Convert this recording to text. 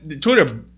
Twitter